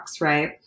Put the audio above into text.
right